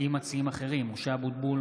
עם מציעים אחרים: משה אבוטבול,